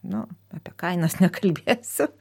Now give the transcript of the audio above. nu apie kainas nekalbėsiu